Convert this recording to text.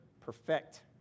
perfect